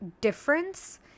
difference